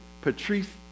Patrice